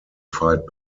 fight